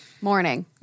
morning